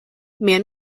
man